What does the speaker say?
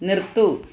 നിർത്തൂ